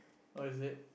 oh is it